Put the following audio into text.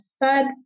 third